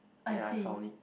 then I found it